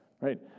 right